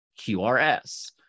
QRS